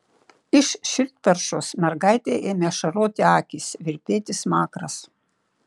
iš širdperšos mergaitei ėmė ašaroti akys virpėti smakras